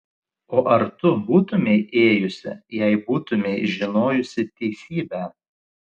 o ar tu būtumei ėjusi jei būtumei žinojusi teisybę